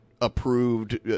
approved